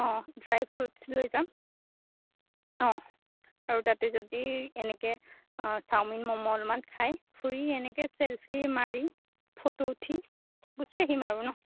অঁ dry fruits লৈ যাম অঁ আৰু তাতে যদি এনেকৈ অঁ চাওমিন ম'ম অলমান খাই ফুৰি এনেকৈ ছেল্ফি মাৰি ফটো উঠি গুচি আহিম আৰু ন